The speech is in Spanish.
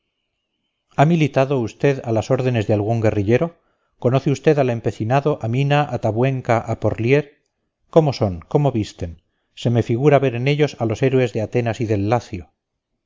ha militado usted a las órdenes de algún guerrillero conoce usted al empecinado a mina a tabuenca a porlier cómo son cómo visten se me figura ver en ellos a los héroes de atenas y del lacio